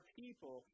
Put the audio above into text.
people